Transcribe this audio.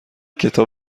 کتاب